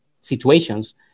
situations